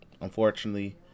unfortunately